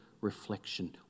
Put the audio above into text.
reflection